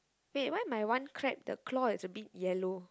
wait why my one crab the claw is a bit yellow